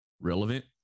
Relevant